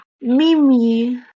Mimi